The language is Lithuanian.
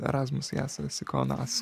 erasmus jasas ikonas